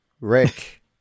Rick